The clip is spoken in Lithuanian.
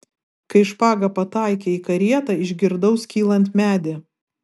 kai špaga pataikė į karietą išgirdau skylant medį